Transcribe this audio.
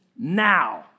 now